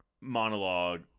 monologue